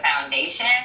foundation